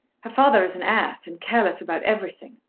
her father is an ass and careless about everything.